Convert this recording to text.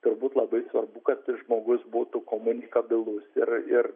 turbūt labai svarbu kad žmogus būtų komunikabilus ir ir